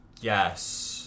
Yes